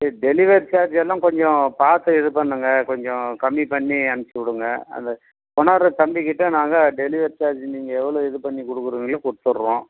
delivery charge எல்லாம் கொஞ்சம் பார்த்து இது பண்ணுங்க கொஞ்சம் கம்மி பண்ணி அனுப்புச்சி விடுங்க அந்த கொண்டார தம்பிக்கிட்ட நாங்கள் டெலிவரி சார்ஜ் நீங்கள் எவ்வளோ இது பண்ணி கொடுக்கிறீங்களோ கொடுத்துர்றோம்